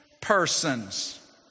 persons